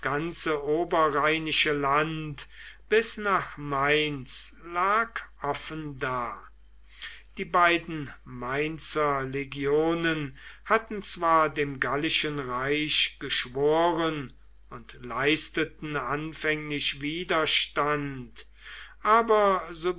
ganze oberrheinische land bis nach mainz lag offen da die beiden mainzer legionen hatten zwar dem gallischen reich geschworen und leisteten anfänglich widerstand aber